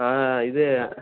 ஆ இது